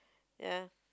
ya